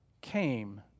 came